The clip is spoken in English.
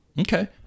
Okay